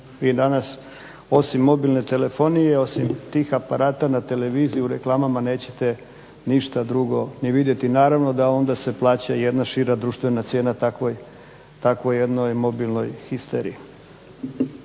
Vi danas osim mobilne telefonije, osim tih aparata na televiziji, u reklamama neće ništa drugo ni vidjeti. Naravno da onda se plaća jedna šira društvena cijena takvoj jednoj mobilnoj histeriji.